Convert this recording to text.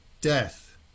Death